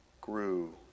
grew